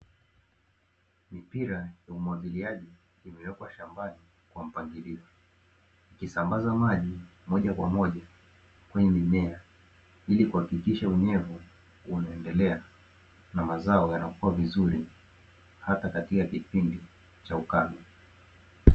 Mipira ya umwagiliaji imewekwa shambani kwa mpangilio, ikisambaza maji moja kwa moja kwenye mimea ili kuhakikisha unyevu unaendelea na mazao yanakua vizuri hata katika kipindi cha ukame.